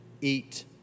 eat